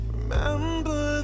Remember